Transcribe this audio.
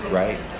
right